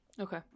okay